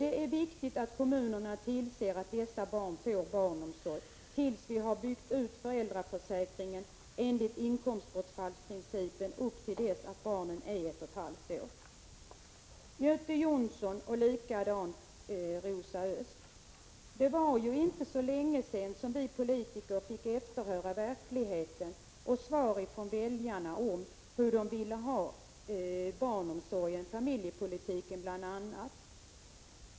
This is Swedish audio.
Det är viktigt att kommunerna tillser att dessa barn får omsorg, tills vi har byggt ut föräldraförsäkringen enligt inkomstbortfallsprincipen upp till dess att barnet är ett och ett halvt år. Göte Jonsson och Rosa Östh! Det var inte så länge sedan vi politiker fick efterhöra verkligheten och fick svar från väljarna om bl.a. vilken barnomsorg och familjepolitik de ville ha.